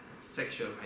sexual